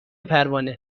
پروانه